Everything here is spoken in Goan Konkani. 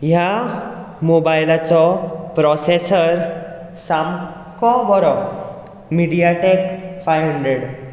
ह्या मोबायलाचो प्रॉसॅसर सामको बरो मिडया टॅक फाय हण्ड्रेड